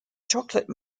chocolate